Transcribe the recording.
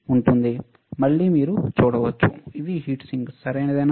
మీరు మళ్ళీ చూడవచ్చు ఇది హీట్ సింక్ సరియైనదేనా